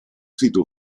sito